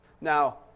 Now